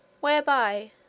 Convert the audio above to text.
whereby